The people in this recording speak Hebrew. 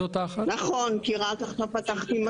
איזי שפירא.